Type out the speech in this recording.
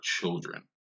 children